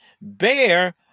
bear